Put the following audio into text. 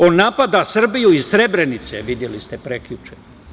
On napada Srbiju iz Srebrenice, videli ste prekjuče.